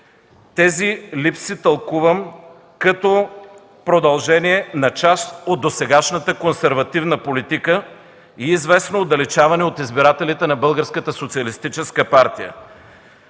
Тези липси тълкувам като продължение на част от досегашната консервативна политика и известно отдалечаване от избирателите на